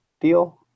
deal